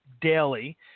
daily